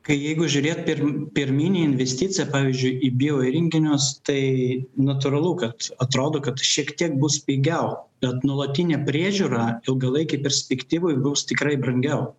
kai jeigu žiūrėt per pirminę investiciją pavyzdžiui į bioįrenginius tai natūralu kad atrodo kad šiek tiek bus pigiau bet nuolatinė priežiūra ilgalaikėj perspektyvoj bus tikrai brangiau